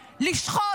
לשחוט,